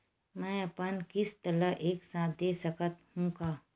मै अपन किस्त ल एक साथ दे सकत हु का?